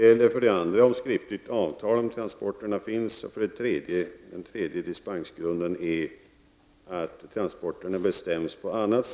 En annan dispensgrund är om skriftligt avtal om transporterna föreligger.